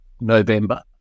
November